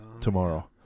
tomorrow